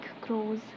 crows